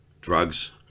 drugs